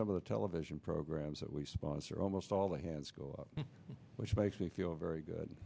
some of the television programs that we sponsor almost all the hands go up which makes me feel very good